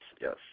yes